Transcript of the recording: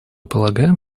полагаем